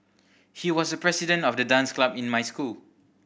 he was the president of the dance club in my school